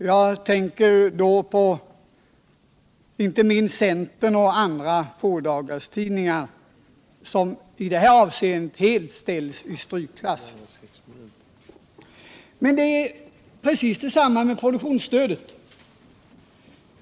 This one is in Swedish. Jag tänker då inte minst på centerns och andras fådagarstidningar som i det här avseendet helt ställs i strykklassen. Det är precis samma förhållande med produktionsstödet.